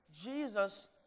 Jesus